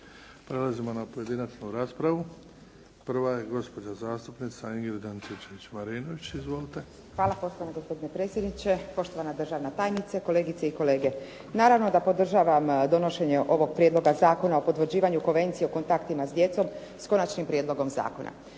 Prelazimo na pojedinačnu raspravu. Prva je gospođa zastupnica Ingrid Antičević Marinović. Izvolite. **Antičević Marinović, Ingrid (SDP)** Hvala. Poštovani gospodine predsjedniče, poštovana državna tajnice, kolegice i kolege. Naravno da podržavam donošenje ovog Prijedloga Zakona o potvrđivanju Konvencije o kontaktima s djecom s Konačnim prijedlogom Zakona.